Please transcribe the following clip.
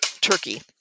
Turkey